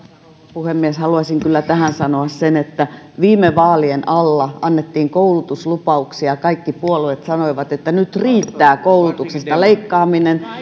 puhemies haluaisin kyllä tähän sanoa sen että viime vaalien alla annettiin koulutuslupauksia ja kaikki puolueet sanoivat että nyt riittää koulutuksesta leikkaaminen